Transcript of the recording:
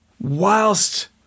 whilst